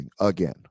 again